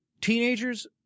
Teenagers